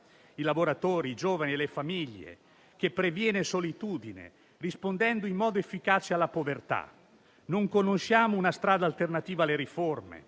i lavoratori, i giovani e le famiglie, ma che prevenga la solitudine, rispondendo in modo efficace alla povertà. Non conosciamo una strada alternativa alle riforme,